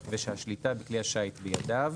ושהשליטה בכלי השיט בידיו.